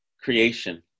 creation